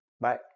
Bye